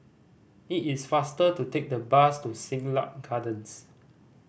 it is faster to take the bus to Siglap Gardens